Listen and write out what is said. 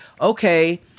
okay